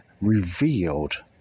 revealed